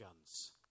guns